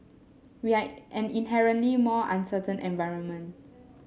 we are an inherently more uncertain environment